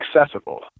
accessible